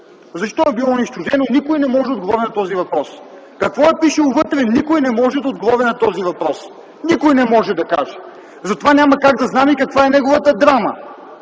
Защо е било унищожено? Никой не може да отговори на този въпрос. Какво е пишело вътре? Никой не може да отговори на този въпрос. Никой не може да каже! Затова няма как да знаем и каква е неговата драма.